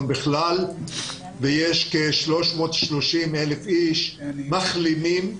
בכלל ויש כ-330 אלף אנשים שהם מחלימים,